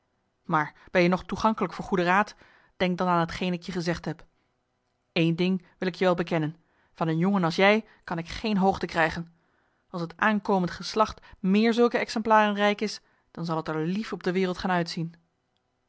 maar ben je nog toegankelijk voor goede raad denk dan aan t geen ik je gezegd heb eén ding wil ik je wel bekennen van een jongen als jij kan ik geen hoogte krijgen als het aankomend geslacht meer zulke exemplaren rijk is dan zal t er lief op de wereld gaan uitzien